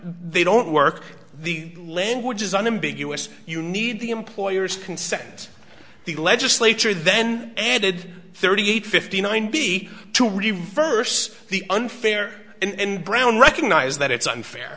they don't work the language is unambiguous you need the employer's consent the legislature then added thirty eight fifty nine b to reverse the unfair and brown recognize that it's unfair